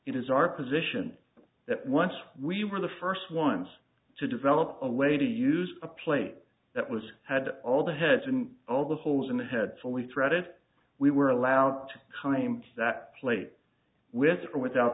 it is our position that once we were the first ones to develop a way to use a plate that was had all the heads and all the holes in the head so we threaded we were allowed to come aimed at that plate with or without